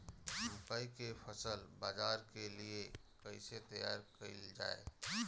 मकई के फसल बाजार के लिए कइसे तैयार कईले जाए?